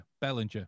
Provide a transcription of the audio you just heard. Bellinger